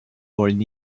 wollen